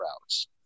routes